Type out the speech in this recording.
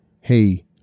hey